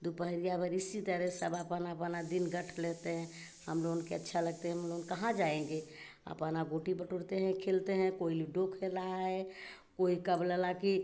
दोपहर भर इसी तरह सब आपना आपना दिन गठ लेते हैं हम लोग के अच्छा लगते हैं हम लोग कहाँ जाएँगे आपना गोटी बटोरते हैं खेलते हैं कोई लूडो खेल रहा है कोई का बोला ला कि